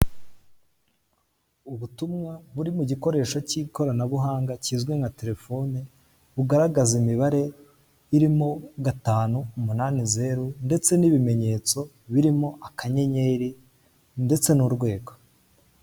Ubutumwa buri mu gikoresho cy'ikoranabuhanga kizwi nka telefone, bugaragaza imibare irimo gatanu, umunani, zeru ndetse n'ibimenyetso birimo akanyenyeri ndetse n'urwego.